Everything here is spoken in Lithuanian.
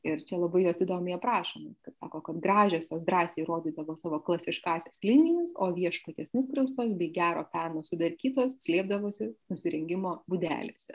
ir čia labai jos įdomiai aprašomas kad sako kad gražiosios drąsiai rodydavo savo klasiškąsis linijas o viešpaties nuskriaustos bei gero peno sudarkytos slėpdavosi nusirengimo būdelėse